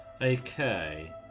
okay